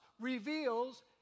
reveals